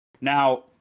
Now